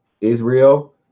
israel